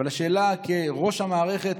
אבל השאלה: כראש המערכת,